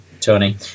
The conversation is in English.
Tony